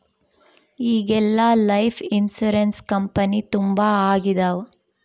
ಈಗೆಲ್ಲಾ life insurance company ತುಂಬಾ ಆಗಿದವ